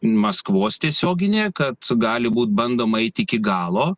maskvos tiesioginė kad gali būt bandoma eit iki galo